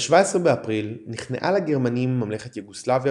ב-17 באפריל נכנעה לגרמנים ממלכת יוגוסלביה